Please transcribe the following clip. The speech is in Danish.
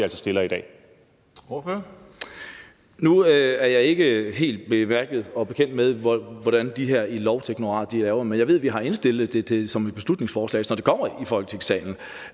Nu er jeg ikke helt bekendt med, hvordan de arbejder i Lovsekretariatet, men jeg ved, at vi har fremsat det som et beslutningsforslag, så det kommer i Folketingssalen.